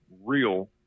real